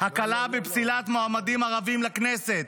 הקלה בפסילת מועמדים ערבים לכנסת,